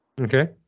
Okay